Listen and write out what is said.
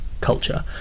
culture